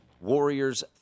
Warriors